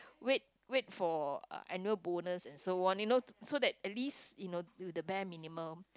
wait wait for annual bonus and so on you know so that at least you know with the bank minimum